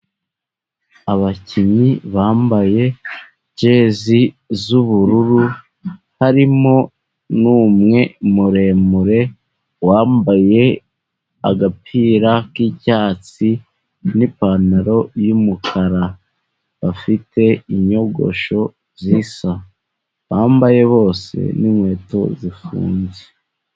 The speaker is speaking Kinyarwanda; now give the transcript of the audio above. Abakinnyi bambaye jezi z'ubururu, harimo n'umwe muremure wambaye agapira k'icyatsi n'ipantaro y'umukara, bafite inyogosho zisa bambaye bose n'inkweto zifunze.